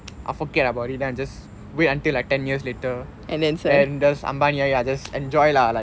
I forget about it then just wait until like ten years later then just ambaani ஆகி:aagi then just enjoy lah